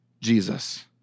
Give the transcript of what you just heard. Jesus